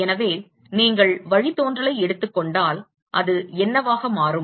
எனவே நீங்கள் வழித்தோன்றலை எடுத்துக் கொண்டால் அது என்னவாக மாறும்